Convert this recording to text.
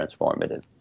transformative